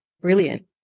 brilliant